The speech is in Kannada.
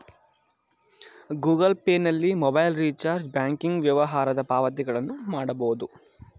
ಗೂಗಲ್ ಪೇ ನಲ್ಲಿ ಮೊಬೈಲ್ ರಿಚಾರ್ಜ್, ಬ್ಯಾಂಕಿಂಗ್ ವ್ಯವಹಾರದ ಪಾವತಿಗಳನ್ನು ಮಾಡಬೋದು